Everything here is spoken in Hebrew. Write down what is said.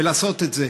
ולעשות את זה.